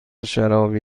شرابی